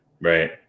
Right